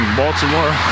baltimore